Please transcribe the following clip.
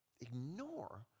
ignore